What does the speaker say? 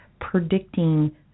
predicting